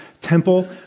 temple